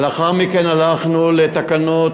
לאחר מכן הלכנו לתקנות,